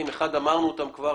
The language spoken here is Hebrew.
הגבלנו את זה ב-5,000?